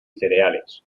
cereales